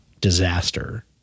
disaster